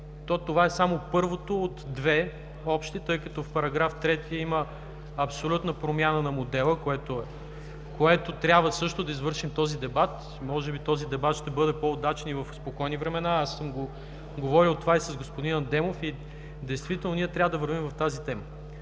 това е само първото от две общи, тъй като в § 3 има абсолютна промяна на модела, което трябва също да извършим в този дебат. Може би този дебат ще бъде по-удачен и в спокойни времена, аз съм говорил това и с господин Адемов, действително трябва да вървим в тази тема.